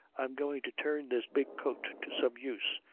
i'm goin' to turn this big coat to some use.